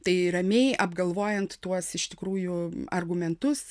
tai ramiai apgalvojant tuos iš tikrųjų argumentus